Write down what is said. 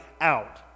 out